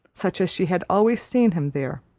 such as she had always seen him there.